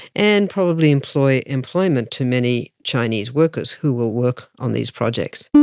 and probably employ employment to many chinese workers who will work on these projects.